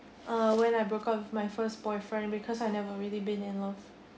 uh when I broke up with my first boyfriend because I never really been in love